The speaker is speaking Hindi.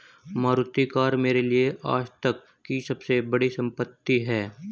मारुति कार मेरे लिए आजतक की सबसे बड़ी संपत्ति है